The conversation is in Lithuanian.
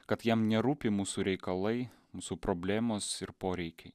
kad jam nerūpi mūsų reikalai mūsų problemos ir poreikiai